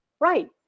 Right